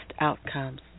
outcomes